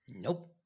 Nope